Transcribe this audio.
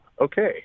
okay